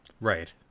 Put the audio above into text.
Right